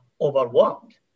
overwhelmed